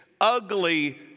ugly